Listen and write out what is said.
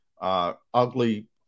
ugly